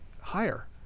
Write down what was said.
higher